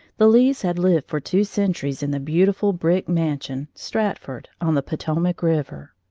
the lees had lived for two centuries in the beautiful brick mansion, stratford, on the potomac river.